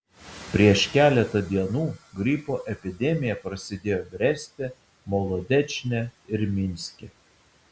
prieš keletą dienų gripo epidemija prasidėjo breste molodečne ir minske